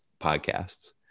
podcasts